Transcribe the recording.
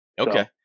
okay